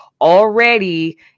already